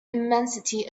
immensity